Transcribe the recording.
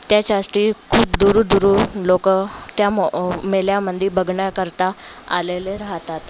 त्याच्यासाठी खूप दुरूद दुरून लोक त्या मो मेळ्यामध्ये बघण्याकरता आलेले राहतात